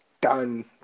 done